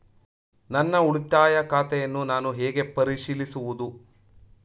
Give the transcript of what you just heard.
ನನ್ನ ಉಳಿತಾಯ ಖಾತೆಯನ್ನು ನಾನು ಹೇಗೆ ಪರಿಶೀಲಿಸುವುದು?